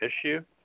issue